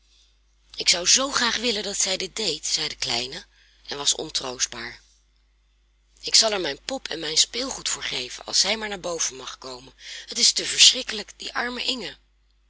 ik zou zoo graag willen dat zij dit deed zei de kleine en was ontroostbaar ik zal er mijn pop en mijn speelgoed voor geven als zij maar naar boven mag komen het is te verschrikkelijk die arme inge